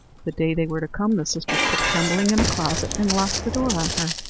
the day they were to come, the sisters put trembling in a closet, and locked the door on her.